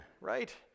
right